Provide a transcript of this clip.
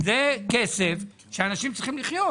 זה כסף שאנשים צריכים לחיות ממנו.